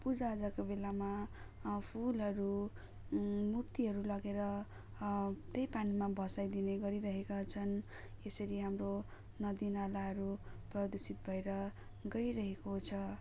पूजाआजाको बेलामा फुलहरू मूर्तिहरू लगेर त्यही पानीमा भसाइदिने गरिरहेका छन् त्यसैले हाम्रो नदीनालाहरू प्रदूर्षित भएर गइरहेको छ